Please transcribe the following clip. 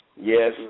Yes